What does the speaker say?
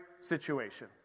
situation